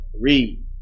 Read